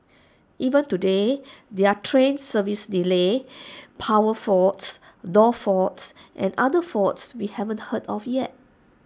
even today there are train service delays power faults door faults and other faults we haven't heard of yet